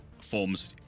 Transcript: forms